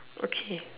okay